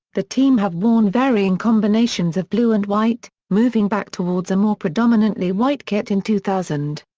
the team have worn varying combinations of blue and white, moving back towards a more predominantly white kit in two thousand.